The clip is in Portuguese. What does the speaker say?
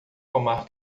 tomar